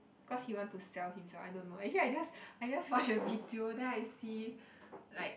cause he want to sell himself I don't know actually I just I just watch the video then I see like